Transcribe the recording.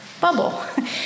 bubble